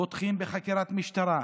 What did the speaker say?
פותחים בחקירת משטרה,